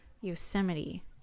Yosemite